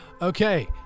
Okay